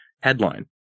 Headline